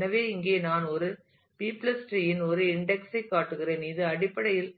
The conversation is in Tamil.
எனவே இங்கே நான் ஒரு B டிரீஇன் ஒரு இன்ஸ்டன்ஸ் ஐ காட்டுகிறேன் இது அடிப்படையில்